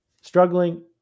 struggling